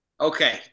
okay